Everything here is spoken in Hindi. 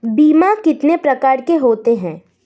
बीमा कितने प्रकार के होते हैं?